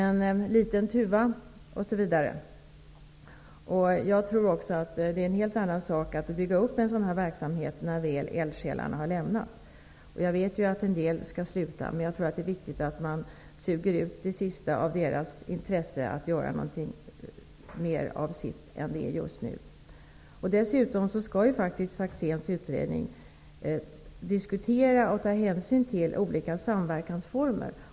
Men liten tuva, osv. Jag tror också att det är en helt annan sak att bygga upp en sådan här verksamhet när väl eldsjälarna har lämnat den. Jag vet att en del skall sluta, men det är viktigt att man suger ut det sista av deras intresse av att göra något mer av SIP än vad det är just nu. Dessutom skall Faxéns utredning diskutera och ta hänsyn till olika samverkansformer.